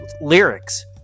lyrics